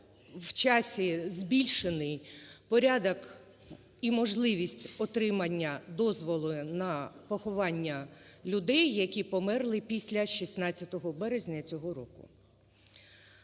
в часі збільшений порядок і можливість отримання дозволу на поховання людей, які померли після 16 березня цього року.